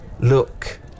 look